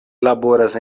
laboras